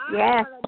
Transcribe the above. yes